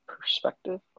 perspective